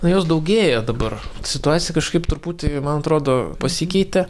o jos daugėjo dabar situacija kažkaip truputį man atrodo pasikeitė